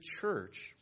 church